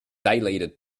dilated